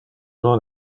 non